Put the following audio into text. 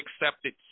accepted